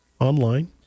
online